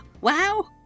wow